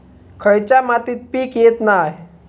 खयच्या मातीत पीक येत नाय?